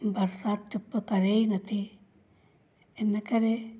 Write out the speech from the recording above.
बरसाति चुप करे ई नथी हिन करे